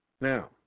now